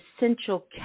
essential